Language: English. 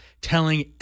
telling